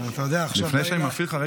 לפני שאני מפעיל לך,